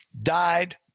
died